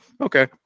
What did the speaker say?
okay